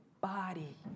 body